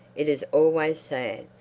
it is always sad.